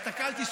הסתכלתי,